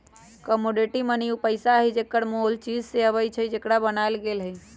commodity money उ पइसा हइ जेकर मोल उ चीज से अबइ छइ जेकरा से बनायल गेल हइ